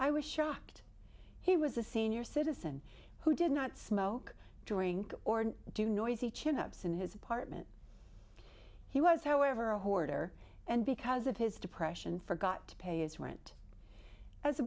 i was shocked he was a senior citizen who did not smoke drink or do noisy chin ups in his apartment he was however a hoarder and because of his depression forgot to pay his rent as a